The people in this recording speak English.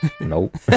Nope